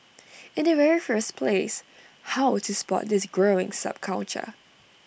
in the very first place how to spot this growing subculture